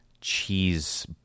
cheese